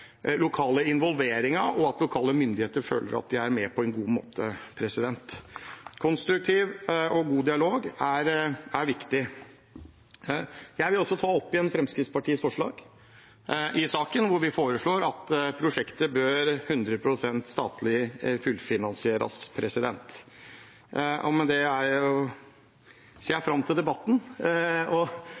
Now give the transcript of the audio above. myndigheter føler at de er med på en god måte. Konstruktiv og god dialog er viktig. Jeg vil ta opp Fremskrittspartiets forslag i saken, hvor vi foreslår statlig fullfinansiering av prosjektet, altså 100 pst. Med det ser jeg fram til debatten.